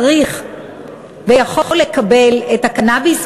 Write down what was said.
צריך ויכול לקבל את הקנאביס,